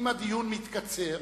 אם הדיון מתקצר,